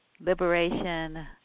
liberation